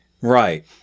Right